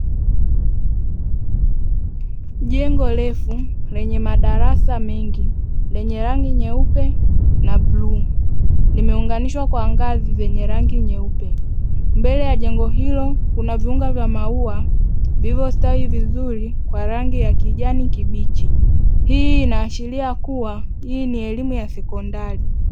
Jengo refu lenye madarasa mengi lenye rangi nyeupe na bluu limeunganishwa kwa ngazi zenye rangi nyeupe, mbele ya jengo hilo kuna viunga vya maua vilivyostawi vizuri kwa rangi ya kijani kibichi hii inaashiria kuwa hii ni elimu ya sekondari.